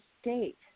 state